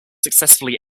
successfully